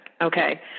Okay